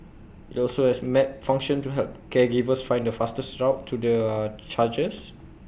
IT also has A map function to help caregivers find the fastest route to their charges